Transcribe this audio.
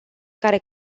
care